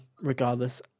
regardless